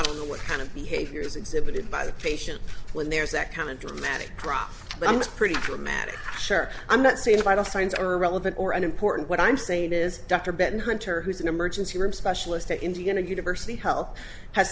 don't know what kind of behaviors exhibited by the patient when there's that kind of dramatic drop but i'm pretty dramatic i'm not saying vital signs are irrelevant or unimportant what i'm saying is dr ben hunter who's an emergency room specialist at indiana university hell has